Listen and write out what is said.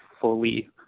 fully